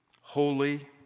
holy